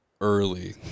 early